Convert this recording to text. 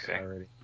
already